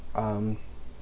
um